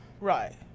Right